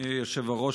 אדוני היושב-ראש,